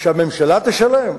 שהממשלה תשלם?